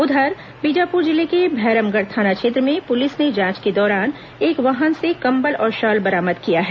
उधर बीजापुर जिले के भैरमगढ़ थाना क्षेत्र में पुलिस ने जांच के दौरान एक वाहन से कंबल और शॉल बरामद किया है